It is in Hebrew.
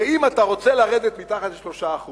שאם אתה רוצה לרדת מתחת ל-3%